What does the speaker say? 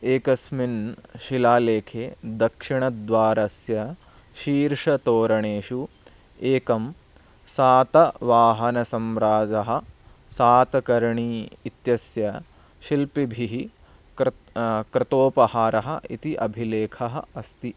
एकस्मिन् शिलालेखे दक्षिणद्वारस्य शीर्षतोरणेषु एकं सातवाहनसम्राजः सातकर्णी इत्यस्य शिल्पिभिः कृत् कृतोपहारः इति अभिलेखः अस्ति